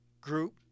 group